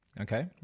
Okay